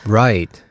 right